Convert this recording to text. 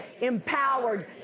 empowered